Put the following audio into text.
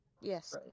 Yes